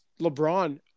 LeBron